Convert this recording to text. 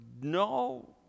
no